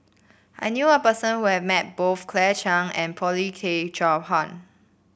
I knew a person who has met both Claire Chiang and Paulin Tay Straughan